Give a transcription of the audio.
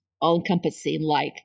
all-encompassing-like